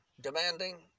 demanding